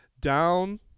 Down